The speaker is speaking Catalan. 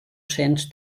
cents